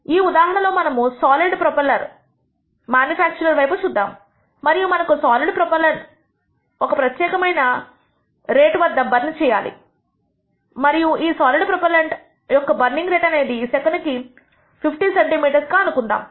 ఈ ఉదాహరణలో మనము సాలిడ్ ప్రొపెల్లెంట్ మ్యానుఫ్యాక్చరర్ వైపు చూద్దాము మరియు మనకు సాలిడ్ ప్రొపెల్లెంట్ ఒక ప్రత్యేకమైన రేట్ వద్ద బర్న్ చేయాలి మరియు ఈ సాలిడ్ ప్రొపెల్లెంట్ యొక్క బర్నింగ్ రేట్ అనేది సెకనుకి 50 సెంటీమీటర్ గా అనుకుందాము